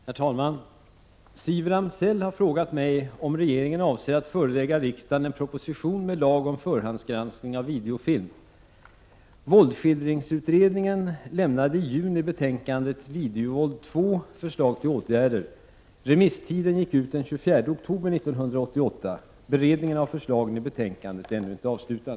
Herr talman! Siv Ramsell har frågat mig om regeringen avser att förelägga riksdagen en proposition med lag om förhandsgranskning av videofilm. Våldsskildringsutredningen avgav i juni betänkandet Videovåld II — förslag till åtgärder. Remisstiden gick ut den 24 oktober 1988. Beredningen av förslagen i betänkandet är ännu inte avslutad.